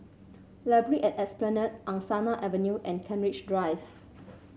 library at Esplanade Angsana Avenue and Kent Ridge Drive